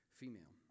female